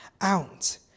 out